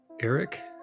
Eric